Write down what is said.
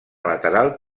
lateral